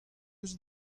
eus